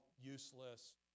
useless